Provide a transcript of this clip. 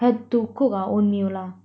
have to cook our own meal lah